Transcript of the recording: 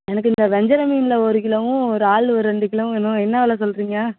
எனக்கு இந்த வஞ்சரம் மீனில் ஒரு கிலோவும் றாலு ஒரு ரெண்டு கிலோவும் வேணும் என்ன வில சொல்லுறிங்க